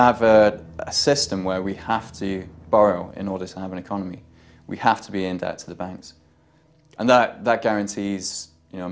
have a system where we have to borrow in order to have an economy we have to be in that the banks and that guarantees you know